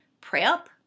Prep